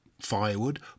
firewood